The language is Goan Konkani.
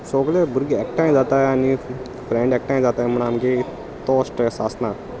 सोगलें भुरगे एकठांय जाताय आनी फ्रेंड एकठांय जाताय म्हणूण आमगी तो स्ट्रेस आसना